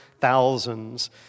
thousands